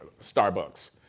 Starbucks